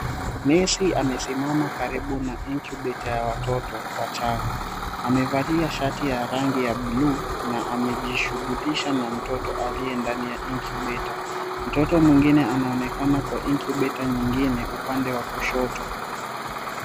Nesi amesimama karibu na incubator ya watoto wachanga amevalia shati ya rangi ya blue na amejishughulisha na mtoto aliye ndani ya incubator . Mtoto mwingine anaonekana kwa incubator nyingine upande wa kushoto.